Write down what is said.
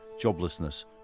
joblessness